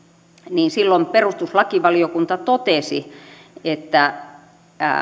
niin perustuslakivaliokunta totesi että